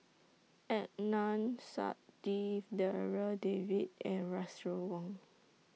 Adnan Saidi Darryl David and Russel Wong